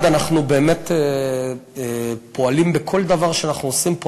אנחנו באמת פועלים בצורה דיפרנציאלית בכל דבר שאנחנו עושים.